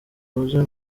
wuzuye